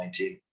2019